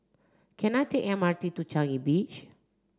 can I take M R T to Changi Beach